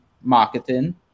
marketing